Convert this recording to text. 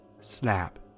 snap